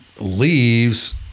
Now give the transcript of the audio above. leaves